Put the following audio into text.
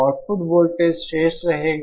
output voltage शेष रहेगा